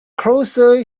closer